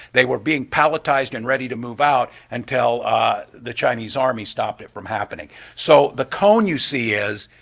they were being palletized and ready to move out until the chinese army stopped it from happening. so the cone you see is,